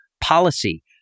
policy